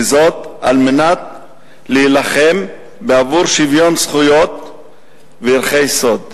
על מנת להילחם בעבור שוויון זכויות וערכי יסוד,